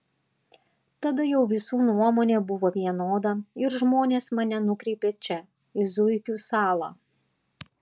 tada jau visų nuomonė buvo vienoda ir žmonės mane nukreipė čia į zuikių salą